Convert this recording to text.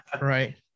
right